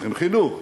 צריכים חינוך,